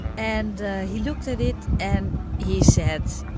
and he looked at it, and he said,